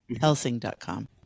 Helsing.com